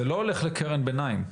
זה לא הולך לקרן ביניים.